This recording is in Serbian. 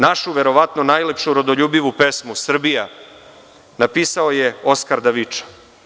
Našu verovatno najlepšu rodoljubivu pesmu „Srbija“ napisao je Oskar Davičo.